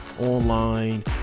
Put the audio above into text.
online